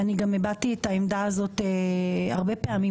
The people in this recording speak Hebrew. ואני גם הבעתי את העמדה הזאת הרבה פעמים,